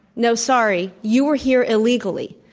no, sorry. you were here illegally.